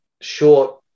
short